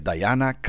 Diana